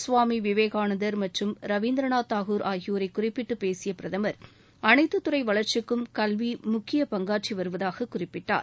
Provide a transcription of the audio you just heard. சுவாமி விவேகானந்தா மற்றும் ரவீந்திரநாத் தாகூர் ஆகியோரை குறிப்பிட்டு பேசிய பிரதமர் அனைத்து துறை வளர்ச்சிக்கும் கல்வி முக்கிய பங்காற்றி வருவதாக குறிப்பிட்டார்